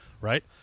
Right